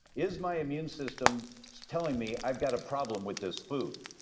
is my immune system is telling me i've got a problem with this food?